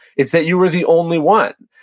it's that you were the only one.